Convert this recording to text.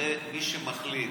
הרי מי שמחלים,